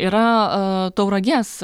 yra tauragės